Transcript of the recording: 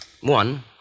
One